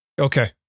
Okay